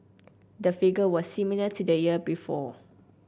the figure was similar to the year before